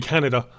Canada